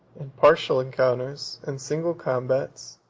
in partial encounters, in single combats,